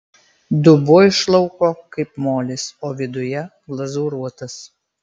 dubuo iš lauko kaip molis o viduje glazūruotas